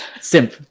Simp